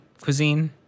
cuisine